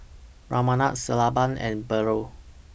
Ramanand Sellapan and Bellur